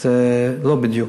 זה לא בדיוק.